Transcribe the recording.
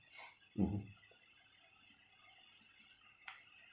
mmhmm